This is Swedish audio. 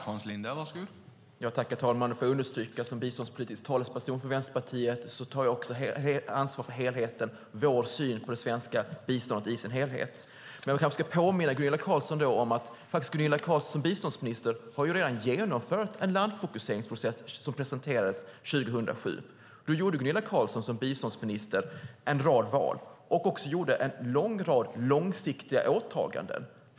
Herr talman! Som biståndspolitisk talesperson för Vänsterpartiet vill jag understryka att jag också tar ansvar för helheten och vår syn på det svenska biståndet i dess helhet. Jag kanske ska påminna Gunilla Carlsson om att hon som biståndsminister faktiskt redan har genomfört en landfokuseringsprocess som presenterades 2007. Då gjorde hon som biståndsminister en rad val och en lång rad långsiktiga åtaganden.